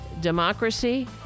democracy